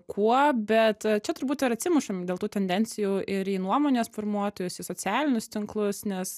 kuo bet čia turbūt ir atsimušam dėl tų tendencijų ir į nuomonės formuotojus į socialinius tinklus nes